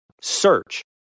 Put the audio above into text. search